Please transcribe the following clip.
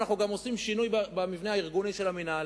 אנחנו גם עושים שינוי במבנה הארגוני של המינהל.